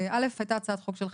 זה א' הייתה הצעת חוק שלך.